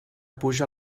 puja